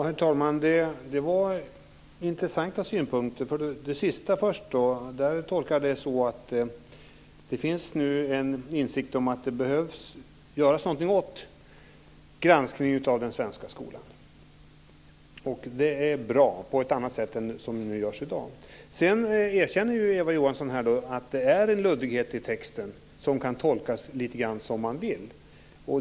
Herr talman! Det var intressanta synpunkter. Jag går till det sista först. Jag tolkar det som att det nu finns insikt om att det behövs göras någonting åt granskningen av den svenska skolan på ett annat sätt än som görs i dag, och det är bra. Sedan erkänner Eva Johansson här att det är en luddighet i texten som kan tolkas lite grann som man vill.